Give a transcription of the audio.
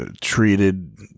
treated